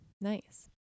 nice